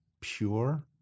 pure